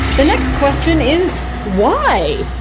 the next question is why?